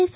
S